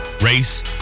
race